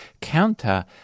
counter-